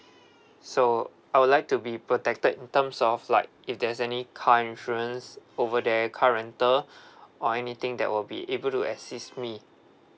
so I would like to be protected in terms of like if there's any car insurance over there car rental or anything that will be able to assist me